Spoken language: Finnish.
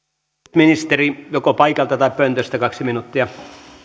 ministeri joko paikalta tai pöntöstä kaksi minuuttia